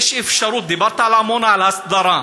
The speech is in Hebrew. יש אפשרות, דיברת המון על הסדרה.